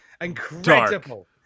Incredible